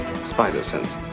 Spider-Sense